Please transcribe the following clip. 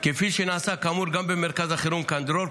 כפי שנעשה כאמור גם במרכז החירום "קן דרור".